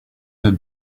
had